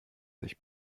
sich